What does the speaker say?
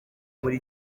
muri